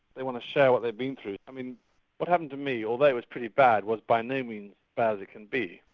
they want to share what they've been through. i mean what happened to me although it was pretty bad was by no means bad as it can be.